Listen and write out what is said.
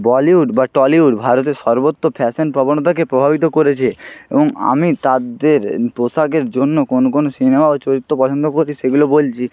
বলিউড বা টলিউড ভারতের সর্বত্র ফ্যাশান প্রবণতাকে প্রভাবিত করেছে এবং আমি তাদের পোশাকের জন্য কোন কোন সিনেমা বা চরিত্র পছন্দ করি সেগুলো বলছি